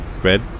red